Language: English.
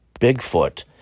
Bigfoot